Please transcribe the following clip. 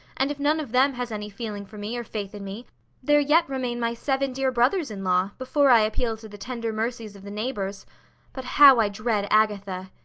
and if none of them has any feeling for me or faith in me there yet remain my seven dear brothers-in-law, before i appeal to the tender mercies of the neighbours but how i dread agatha!